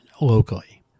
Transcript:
locally